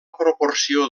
proporció